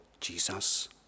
Jesus